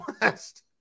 West